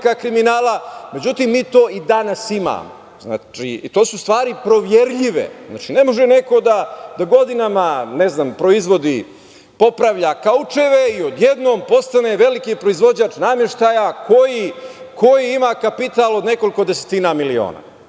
međutim, to i danas imamo. To su stvari koje su proverljive. Ne može neko da godinama proizvodi i popravlja kaučeve i odjednom postane veliki proizvođač nameštaja koji ima kapital od nekoliko desetina miliona.